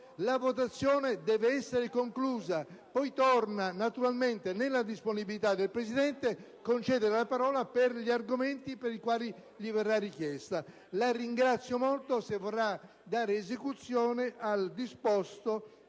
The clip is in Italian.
la votazione deve essere conclusa. Poi torna naturalmente nella disponibilità del Presidente concedere la parola per gli argomenti per i quali verrà richiesta. La ringrazio molto se vorrà dare esecuzione al disposto